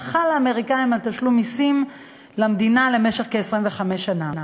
שמחל לאמריקנים על תשלום מסים למדינה למשך ב-25 שנה.